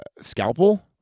scalpel